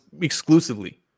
exclusively